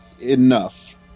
enough